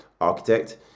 architect